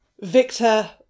victor